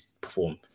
perform